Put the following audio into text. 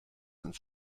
ins